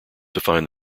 define